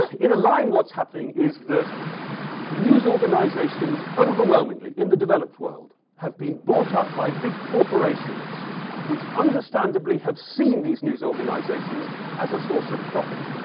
in a line, what's happening is that news organizations, overwhelmingly in the developed world, have been brought up by big corporations which understandably have seen these news organizations as a source of profit.